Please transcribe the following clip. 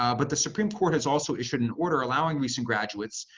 um but the supreme court has also issued an order allowing recent graduates,